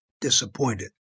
Disappointed